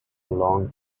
long